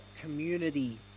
community